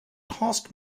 cost